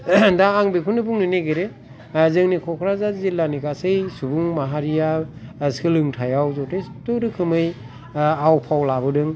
दा आं बेखाैनो बुंनो नागिरो जोंनि कक्राझार जिल्लानि गासै सुबुं माहारिआ सोलोंथायाव जथेस्थ रोखोमै आव फाव लाबोदों